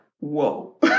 whoa